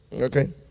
Okay